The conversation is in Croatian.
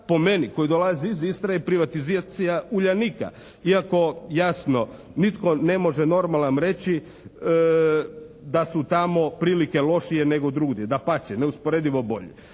po meni koji dolazi iz Istre je privatizacija “Uljanika“. Iako jasno nitko ne može normalan reći da su tamo prilike lošije nego drugdje. Dapače, neusporedivo bolje.